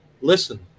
listen